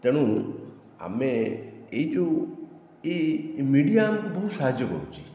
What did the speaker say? ତେଣୁ ଆମେ ଏହି ଯେଉଁ ଏହି ମିଡ଼ିଆ ଆମକୁ ବହୁତ ସାହାଯ୍ୟ କରୁଛି